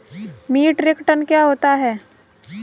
Metric tonne क्या होता है?